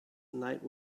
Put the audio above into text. night